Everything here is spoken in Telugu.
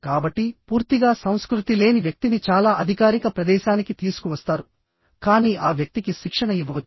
కాబట్టి పూర్తిగా సంస్కృతి లేని వ్యక్తిని చాలా అధికారిక ప్రదేశానికి తీసుకువస్తారు కానీ ఆ వ్యక్తికి శిక్షణ ఇవ్వవచ్చు